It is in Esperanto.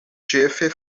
ĉefe